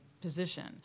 position